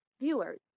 viewers